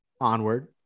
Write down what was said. Onward